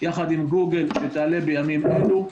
יחד עם גוגל, שתעלה בימים אלה.